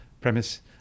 premise